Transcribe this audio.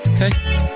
Okay